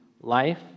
life